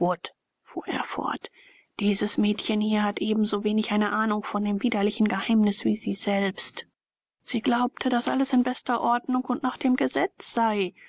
fuhr er fort dieses mädchen hier hatte ebensowenig eine ahnung von dem widerlichen geheimnis wie sie selbst sie glaubte daß alles in bester ordnung und nach dem gesetz sei